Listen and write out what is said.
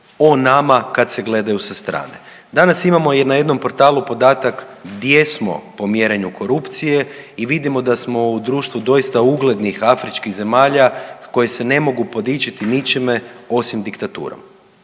o nama kad se gledaju sa strane. Danas imamo na jednom portalu podatak gdje smo po mjerenju korupcije i vidimo da smo u društvu doista uglednih afričkih zemalja koje se ne mogu podičiti ničime osim diktaturom.